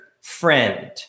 friend